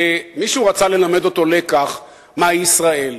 ומישהו רצה ללמד אותו לקח, מהי ישראל,